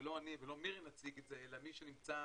שלא אני ולא מירי נציג את זה אלא מי שנמצא